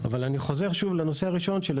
אבל אני חוזר שוב לנושא הראשון, של